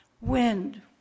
Wind